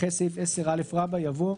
אחרי סעיף 10א יבוא: